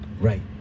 right